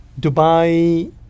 Dubai